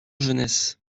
jeunesse